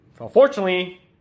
Unfortunately